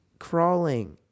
crawling